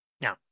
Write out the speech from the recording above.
Now